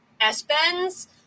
S-Bends